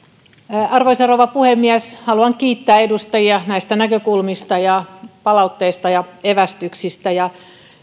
arvoisa rouva puhemies haluan kiittää edustajia näistä näkökulmista ja palautteista ja evästyksistä